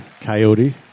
Coyote